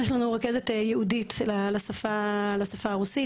יש לנו רכזת ייעודית לשפה הרוסית,